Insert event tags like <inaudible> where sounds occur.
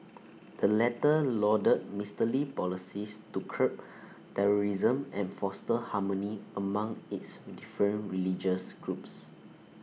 the latter lauded Mister Lee's policies to curb <noise> terrorism and foster harmony among its different religious groups